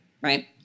Right